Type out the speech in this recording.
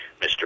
Mr